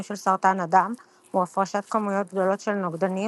של סרטן הדם הוא הפרשת כמויות גדולות של נוגדנים,